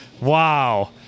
wow